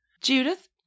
Judith